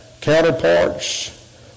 counterparts